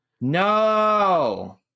No